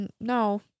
no